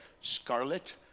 scarlet